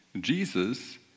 Jesus